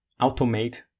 automate